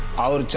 out